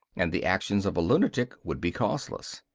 and the actions of a lunatic would be causeless.